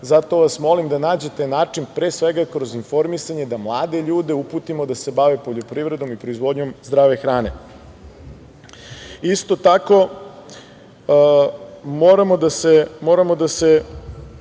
Zato vas molim da nađete način, pre svega kroz informisanje, da mlade ljude uputimo da se bave poljoprivredom i proizvodnjom zdrave hrane. Isto tako, moramo da se